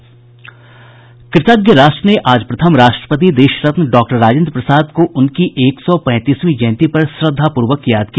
कृतज्ञ राष्ट्र ने आज प्रथम राष्ट्रपति देशरत्न डॉक्टर राजेंद्र प्रसाद को उनकी एक सौ पैंतीसवीं जयंती पर श्रद्धापूर्वक याद किया